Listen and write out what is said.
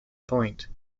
point